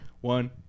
One